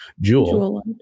Jewel